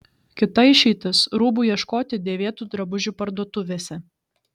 kita išeitis rūbų ieškoti dėvėtų drabužių parduotuvėse